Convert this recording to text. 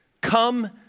Come